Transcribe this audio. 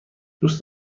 دوست